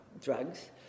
drugs